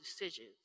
decisions